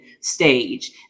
stage